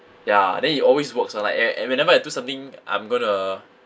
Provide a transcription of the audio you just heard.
ya then it always works ah like e~ e~ whenever I do something I'm going to